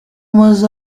maze